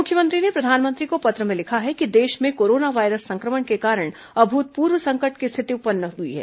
मुख्यमंत्री ने प्रधानमंत्री को पत्र में लिखा है कि देश में कोरोना वायरस संक्रमण के कारण अभूतपूर्व संकट की स्थिति उत्पन्न हुई है